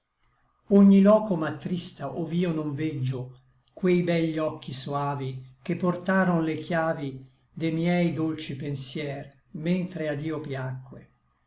ogni loco m'atrista ov'io non veggio quei begli occhi soavi che portaron le chiavi de miei dolci pensier mentre a dio piacque